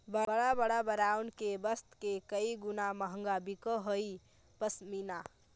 बड़ा बड़ा ब्राण्ड के वस्त्र से कई गुणा महँगा बिकऽ हई पशमीना